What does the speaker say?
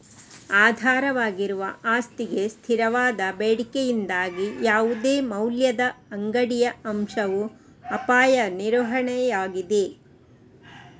ಆಧಾರವಾಗಿರುವ ಆಸ್ತಿಗೆ ಸ್ಥಿರವಾದ ಬೇಡಿಕೆಯಿಂದಾಗಿ ಯಾವುದೇ ಮೌಲ್ಯದ ಅಂಗಡಿಯ ಅಂಶವು ಅಪಾಯ ನಿರ್ವಹಣೆಯಾಗಿದೆ